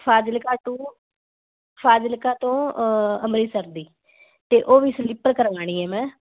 Fazilka to Fazilka ਤੋਂ ਅੰਮ੍ਰਿਤਸਰ ਦੀ ਤੇ ਉਹ ਵੀ ਸਲਿੱਪਰ ਕਰਾਣੀ ਐ ਮੈਂ